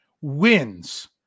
wins